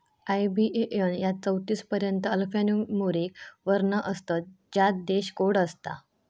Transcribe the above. IBAN यात चौतीस पर्यंत अल्फान्यूमोरिक वर्ण असतत ज्यात देश कोड असता